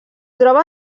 troba